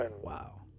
Wow